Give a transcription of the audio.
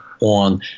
on